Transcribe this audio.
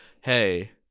hey